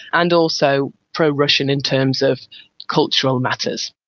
and also pro-russian in terms of cultural matters.